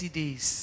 days